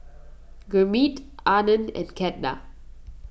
Gurmeet Anand and Ketna